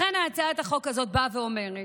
לכן הצעת החוק הזאת באה ואומרת